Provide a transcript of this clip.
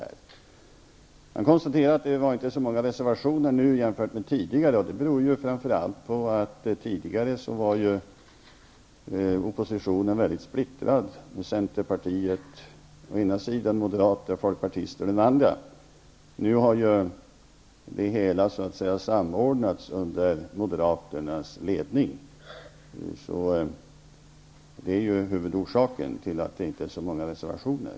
Sedan konstaterade han att det inte var så många reservationer nu som tidigare. Det beror framför allt på att oppositionen tidigare var väldigt splittrad, med centerpartister på ena sidan och moderater och folkpartister på den andra. Nu har det hela samordnats under moderaternas ledning. Det är huvudorsaken till att det inte är så många reservationer.